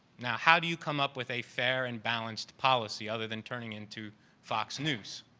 now, how do you come up with a fair and balanced policy other than turning into fox news?